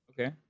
Okay